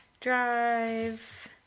drive